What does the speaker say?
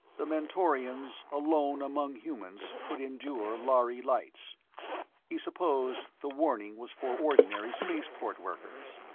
the mentorians alone, among humans, could endure lhari lights he supposed the warning was for ordinary spaceport workers.